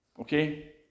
Okay